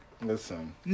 Listen